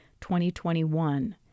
2021